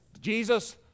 Jesus